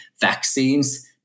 vaccines